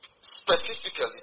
specifically